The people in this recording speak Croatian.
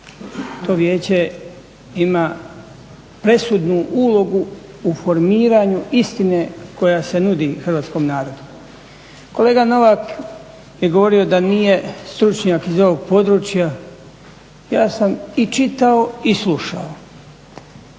To vijeće ima presudnu ulogu u formiranju istine koja se nudi hrvatskom narodu. Kolega Novak je govorio da nije stručnjak iz ovog područja, ja sam i čitao i slušao.